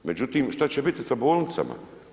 Međutim šta će biti sa bolnicama?